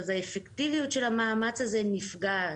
נפגעת.